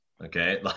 Okay